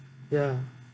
ya